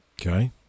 Okay